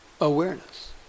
awareness